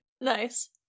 Nice